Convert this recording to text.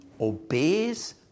obeys